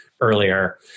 earlier